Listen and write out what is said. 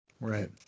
right